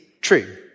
true